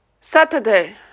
Saturday